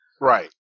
Right